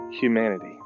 humanity